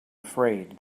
afraid